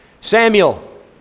Samuel